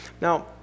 Now